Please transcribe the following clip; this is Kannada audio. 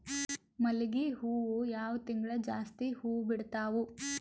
ಮಲ್ಲಿಗಿ ಹೂವು ಯಾವ ತಿಂಗಳು ಜಾಸ್ತಿ ಹೂವು ಬಿಡ್ತಾವು?